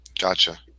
Gotcha